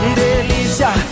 delícia